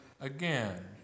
Again